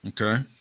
Okay